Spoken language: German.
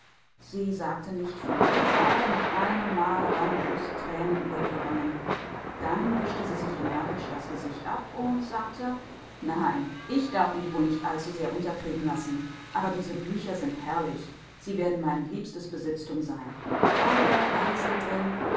sie sagte nicht viel aber mit einem male rannen große tränen über ihre wangen dann wischte sie sich energisch das gesicht ab und sagte nein ich darf mich wohl nicht allzusehr unterkriegen lassen aber diese bücher sind herrlich sie werden mein liebstes besitztum sein alle alle sind